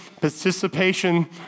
participation